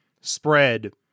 spread